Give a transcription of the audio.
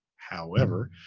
however,